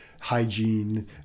hygiene